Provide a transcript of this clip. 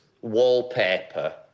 wallpaper